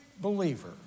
believer